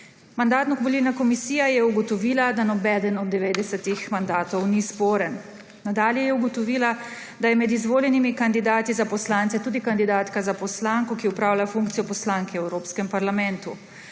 Mandatno-volilna komisija je ugotovila, da nobeden od 90 mandatov ni sporen. Nadalje je ugotovila, da je med izvoljenimi kandidati za poslance tudi kandidatka za poslanko, ki opravlja funkcijo poslanke v Evropskem parlamentu.